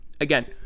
again